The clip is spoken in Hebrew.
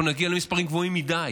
אנחנו נגיע למספרים גבוהים מדי